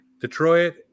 Detroit